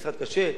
משרד קשה.